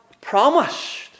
promised